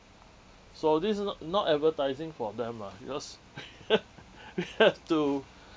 so this is not not advertising for them lah because you have to